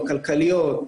אם זה בסדר,